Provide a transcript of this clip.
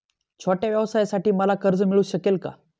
छोट्या व्यवसायासाठी मला कर्ज मिळू शकेल का?